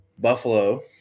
Buffalo